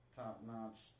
top-notch